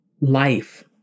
life